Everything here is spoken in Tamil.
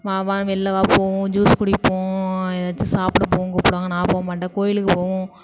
வா வான்னு வெள்யில வா போவோம் ஜூஸ் குடிப்போம் ஏதாச்சும் சாப்பிட போவோம்ன்னு கூப்பிடுவாங்க நான் போகமாட்டேன் கோயிலுக்கு போவோம்